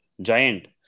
giant